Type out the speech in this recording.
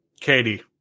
Katie